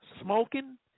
smoking